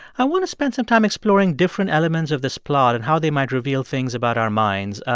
i want to spend some time exploring different elements of this plot and how they might reveal things about our minds.